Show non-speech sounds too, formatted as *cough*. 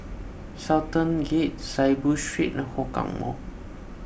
Sultan Gate Saiboo Street and Hougang Mall *noise*